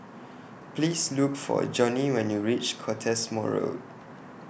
Please Look For Jonnie when YOU REACH Cottesmore Road